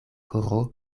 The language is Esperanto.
koro